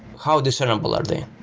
how discernable are they?